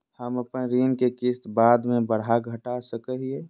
हम अपन ऋण के किस्त बाद में बढ़ा घटा सकई हियइ?